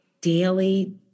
daily